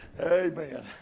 amen